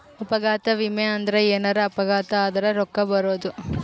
ಅಪಘಾತ ವಿಮೆ ಅಂದ್ರ ಎನಾರ ಅಪಘಾತ ಆದರ ರೂಕ್ಕ ಬರೋದು